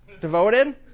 Devoted